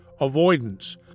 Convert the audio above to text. avoidance